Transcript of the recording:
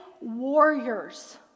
warriors